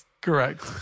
correct